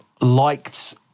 Liked